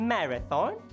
Marathon